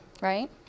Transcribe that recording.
right